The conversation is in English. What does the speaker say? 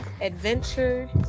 adventure